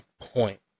point